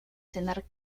cenar